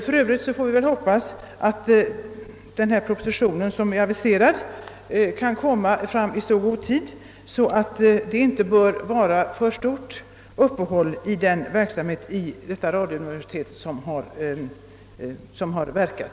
För övrigt hoppas jag att den aviserade propositionen framlägges i så god tid att uppehållet i radiouniversitetets verksamhet inte blir för stort.